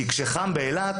כי כשחם באילת